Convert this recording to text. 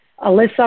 Alyssa